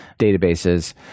databases